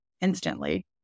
instantly